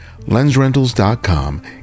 LensRentals.com